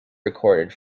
recorded